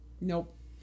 Nope